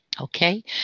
Okay